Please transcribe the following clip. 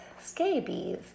scabies